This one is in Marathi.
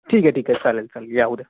ठीक आहे ठीक आहे चालेल चालेल या उद्या